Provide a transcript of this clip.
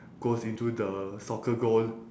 goes into the soccer goal